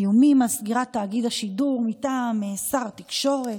האיומים על סגירת תאגיד השידור מטעם שר התקשורת